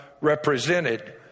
represented